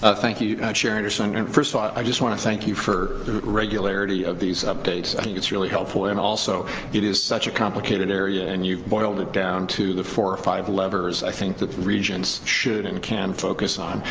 ah thank you chair anderson first of all i just want to thank you for regularity of these updates, i think it's really helpful and also it is such a complicated area and you've boiled it down to the four or five levers, i think that the regents should and can focus on,